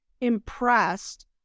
impressed